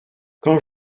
quand